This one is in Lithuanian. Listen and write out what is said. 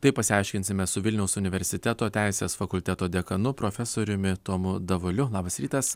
tai pasiaiškinsime su vilniaus universiteto teisės fakulteto dekanu profesoriumi tomu davuliu labas rytas